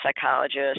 psychologist